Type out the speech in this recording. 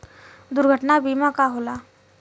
दुर्घटना बीमा का होला?